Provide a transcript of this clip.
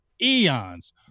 eons